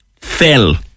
fell